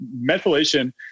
methylation